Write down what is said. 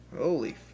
Holy